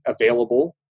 available